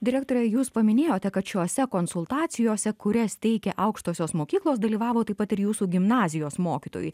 direktore jūs paminėjote kad šiose konsultacijose kurias teikė aukštosios mokyklos dalyvavo taip pat ir jūsų gimnazijos mokytojai